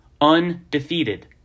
undefeated